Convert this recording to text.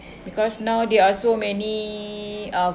because now there are so many uh